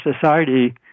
society